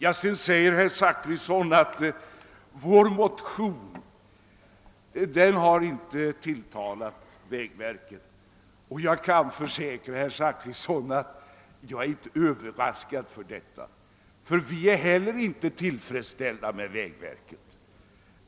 Herr Zachrisson säger att vår motion inte tilltalar vägverket. Jag kan försäkra herr Zachrisson att jag inte alls är överraskad över detta. Vi är inte heller tillfredsställda med vägverket.